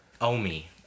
Omi